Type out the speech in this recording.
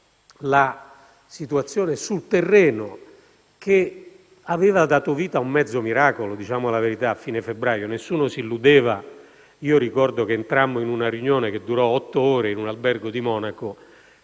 la situazione sul terreno aveva dato vita a un mezzo miracolo, diciamo la verità. A fine febbraio nessuno si illudeva. Ricordo che entrammo in una riunione che durò otto ore in un albergo di Monaco